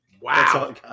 Wow